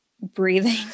breathing